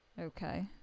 Okay